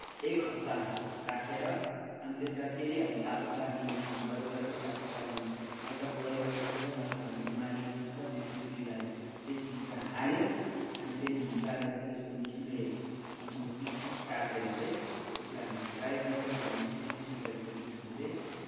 एक हप्ता राखेर अनि त्यसलाई फेरि हामी तातो पानीमा बोइल गरेर तातो पानी हल्का बोइल गरेको हुन्छ तातो पानी उमालेको हुन्छ त्यो छुर्पीलाई त्यसभित्र हाल्यो अनि फेरि निकालेर त्यसको मिसिनले मसिनो पिस पिस काटेर चाहिँ त्यसलाई हामीले ड्राई गरेर हामीले छुर्पी सुपारीलाई पनि हामीले